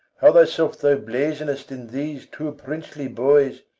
thou thyself thou blazon'st in these two princely boys!